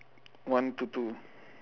one to two